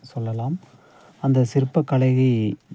சொல்லலாம் அந்த சிற்பக்கலையை